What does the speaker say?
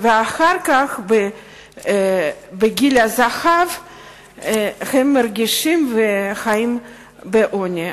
ואחר כך בגיל הזהב הם מרגישים וחיים בעוני.